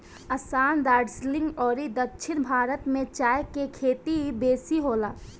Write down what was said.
असाम, दार्जलिंग अउरी दक्षिण भारत में चाय के खेती बेसी होला